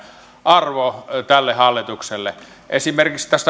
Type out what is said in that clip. arvo tälle hallitukselle esimerkiksi